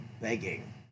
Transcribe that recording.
begging